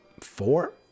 Four